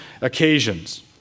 occasions